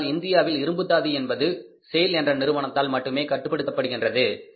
ஏனென்றால் இந்தியாவில் இரும்புத்தாது என்பது செய்ல் என்ற நிறுவனத்தால் மட்டுமே கட்டுப்படுத்தப்படுகின்றது